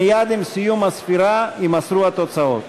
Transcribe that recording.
מייד עם סיום הספירה יימסרו התוצאות.